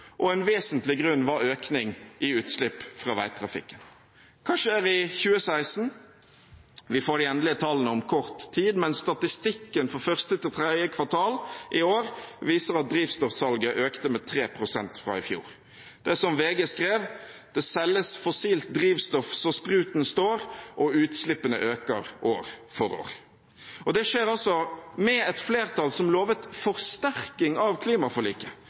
og en vesentlig grunn var økning i utslipp fra veitrafikk. Hva skjer i 2016? Vi får de endelige tallene om kort tid, men statistikken for 1.–3.kvartal i år viser at drivstoffsalget økte med 3 pst. fra i fjor. Det er som VG skrev: «Det selges fossilt drivstoff så spruten står – og utslippene øker år for år.» Det skjer altså med et flertall som lovet forsterkning av klimaforliket